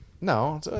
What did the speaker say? No